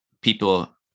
people